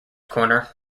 corner